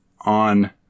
on